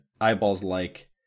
eyeballs-like